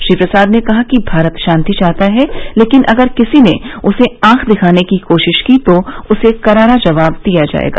श्री प्रसाद ने कहा कि भारत शांति चाहता है लेकिन अगर किसी ने उसे आंख दिखाने की कोशिश की तो उसे करारा जवाब दिया जायेगा